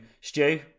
Stu